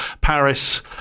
paris